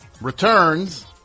returns